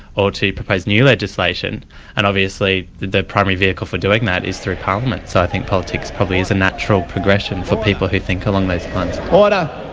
or to propose new legislation and obviously the primary vehicle for doing that is through parliament, so i think politics probably is a natural progression for people who think along those lines. but